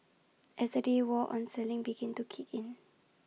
as the day wore on selling began to kick in